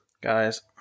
Guys